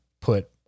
put